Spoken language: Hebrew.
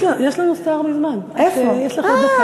יש לנו שר מזמן, כך שיש לך עוד דקה.